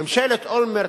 ממשלת אולמרט,